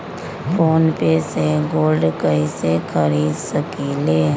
Phone पे से gold कईसे खरीद सकीले?